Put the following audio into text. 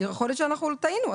יכול להיות שאנחנו טעינו.